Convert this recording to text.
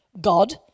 God